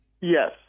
Yes